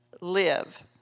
Live